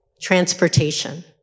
transportation